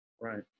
Right